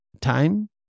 time